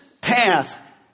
path